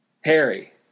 Harry